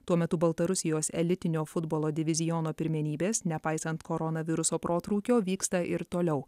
tuo metu baltarusijos elitinio futbolo diviziono pirmenybes nepaisant koronaviruso protrūkio vyksta ir toliau